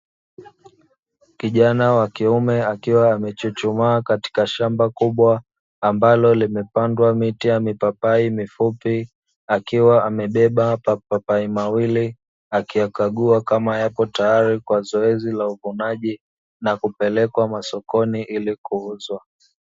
Kijana wa kiume akiwa amechuchumaa katika shamba kubwa ambalo limepandwa miti ya mipapai mifupi, akiwa amebeba mapapai mawili, akiyakagua kama yapo tayari kwa zoezi la uvunaji na kupelekwa sokoni ili kuuzwa.